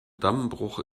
dammbruch